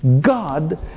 God